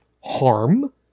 harm